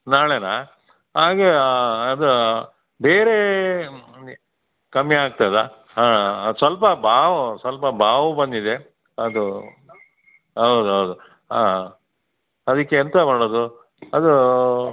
ನಾಳೆನಾ ಹಾಗೆ ಅದು ಬೇರೇ ಕಮ್ಮಿ ಆಗ್ತದಾ ಹಾಂ ಸ್ವಲ್ಪ ಬಾವು ಸ್ವಲ್ಪ ಬಾವು ಬಂದಿದೆ ಅದು ಹೌದು ಹೌದು ಹಾಂ ಅದಕ್ಕೆ ಎಂತ ಮಾಡೋದು ಅದು